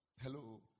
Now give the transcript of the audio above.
Hello